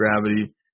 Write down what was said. gravity